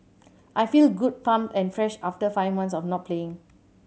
I feel good pumped and fresh after five months of not playing